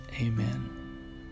Amen